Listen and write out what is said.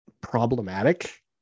problematic